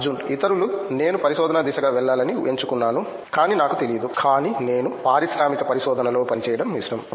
అర్జున్ ఇతరులు నేను పరిశోధన దిశగా వెళ్ళాలని ఎంచుకున్నాను కానీ నాకు తెలియదు కానీ నేను పారిశ్రామిక పరిశోధనలో పనిచేయడం ఇష్టం